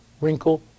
wrinkle